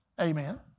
amen